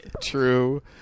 True